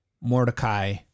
Mordecai